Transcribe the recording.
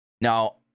Now